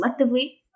selectively